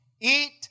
eat